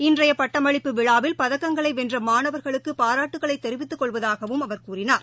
இன்றையபட்டமளிப்பு விழாவில் பதக்கங்களைவென்றமாணவா்களுக்குபாராட்டுக்களைத் தெரிவித்துக் கொள்வதாகவும் அவர் கூறினார்